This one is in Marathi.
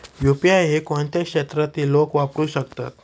यु.पी.आय हे कोणत्या क्षेत्रातील लोक वापरू शकतात?